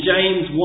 James